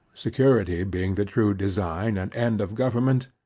security being the true design and end of government,